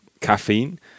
caffeine